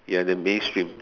you are the mainstream